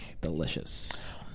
Delicious